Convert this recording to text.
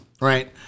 right